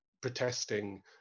protesting